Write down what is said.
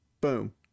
boom